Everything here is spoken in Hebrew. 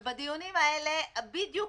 ובדיונים האלה זה בדיוק